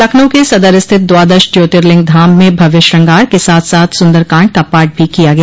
लखनऊ के सदर स्थित द्वादश ज्योर्तिलिंग धाम में भव्य श्रृंगार के साथ साथ सुन्दर कांड का पाठ भी किया गया